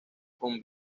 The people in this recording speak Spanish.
con